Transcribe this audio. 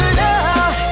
love